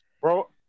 Bro